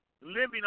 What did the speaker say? living